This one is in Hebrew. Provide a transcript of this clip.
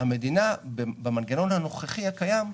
המדינה במנגנון הנוכחי הקיים,